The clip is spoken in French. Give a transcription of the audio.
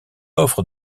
offre